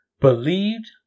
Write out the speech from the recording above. believed